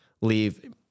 leave